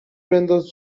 بنداز